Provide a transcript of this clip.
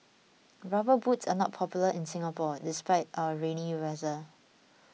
rubber boots are not popular in Singapore despite our rainy weather